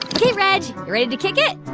ok, reg, you ready to kick it?